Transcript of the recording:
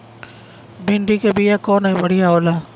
भिंडी के बिया कवन बढ़ियां होला?